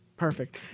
perfect